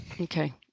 Okay